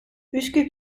üsküp